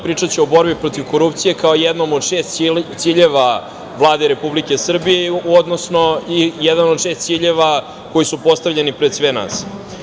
Pričaću o bori protiv korupcije kao jednom od šest ciljeva Vlade Republike Srbije, odnosno jedan od šest ciljeva koji su postavljeni pred sve nas.